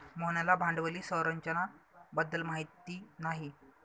मोहनला भांडवली संरचना बद्दल माहिती नाही